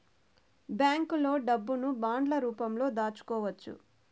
బ్యాంకులో డబ్బును బాండ్ల రూపంలో దాచుకోవచ్చు